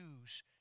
use